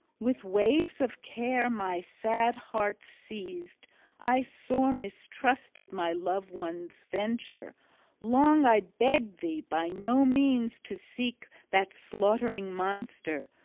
with waves of care my sad heart seethed i sore mistrusted my loved one's venture long i begged thee by no means to seek that slaughtering monster,